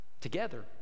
together